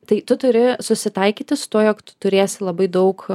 tai tu turi susitaikyti su tuo jog tu turėsi labai daug